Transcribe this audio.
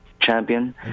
champion